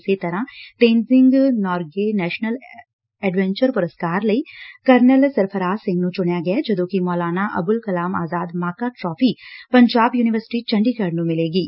ਇਸੇ ਤਰ੍ਹਾਂ Tenzing Norgay national adventure ਪੁਰਸਕਾਰ ਲਈ ਕਰਨਲ ਸਰਫ਼ਰਾਜ਼ ਸਿੰਘ ਨੂੰ ਚੁਣਿਆ ਗਿਐ ਜਦੋ ਕਿ ਮੌਲਾਨਾ ਅਬੁਲ ਕਲਾਮ ਆਜ਼ਾਦ ਮਾਕਾ ਟਰਾਫ਼ੀ ਪੰਜਾਬ ਯੁਨੀਵਰਸਿਟੀ ਚੰਡੀਗੜੁ ਨੁੰ ਮਿਲੇਗੀ